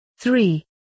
three